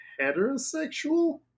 heterosexual